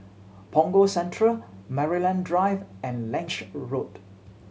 Punggol Central Maryland Drive and Lange Road